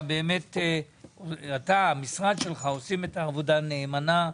אתה והמשרד שלך עושים את העבודה נאמנה,